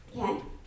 Okay